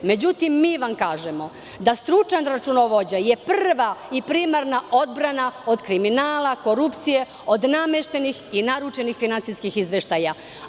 Međutim, mi vam kažemo da je stručan računovođa prva i primarna odbrana od kriminala, korupcije, od nameštenih i naručenih finansijskih izveštaja.